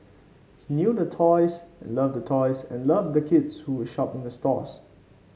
he knew the toys and loved the toys and loved the kids who would shop in the stores